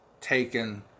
taken